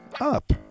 up